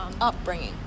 Upbringing